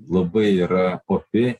labai yra opi